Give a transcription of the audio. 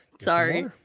Sorry